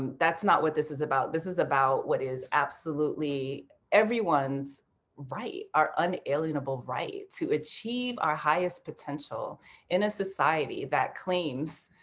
um that's not what this is about. this is about what is absolutely everyone's right, our unalienable right to achieve our highest potential in a society that claims,